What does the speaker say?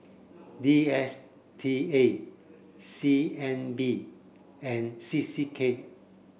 D S T A C N B and C C K